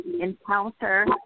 encounter